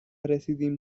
رسیدیم